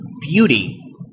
beauty